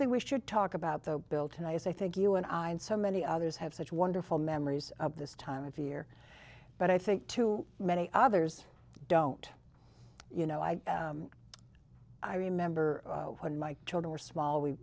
thing we should talk about though bill tonight is i think you and i and so many others have such wonderful memories of this time of year but i think too many others don't you know i i remember when my children were small we